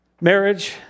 marriage